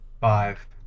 Five